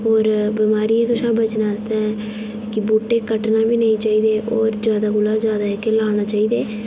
होर बमारियें कशा बचने आस्तै कि बूह्टे कट्टना बी नेईं चाहिदे होर ज्यादा कोला ज्यादा जेह्के लाना चाहिदे